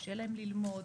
קשה להם ללמוד,